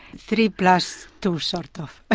three, plus two sort of. ah